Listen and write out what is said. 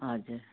हजुर